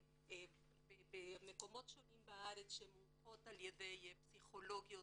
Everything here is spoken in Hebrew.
במקומות שונים בארץ שמונחות על-ידי פסיכולוגיות